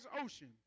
ocean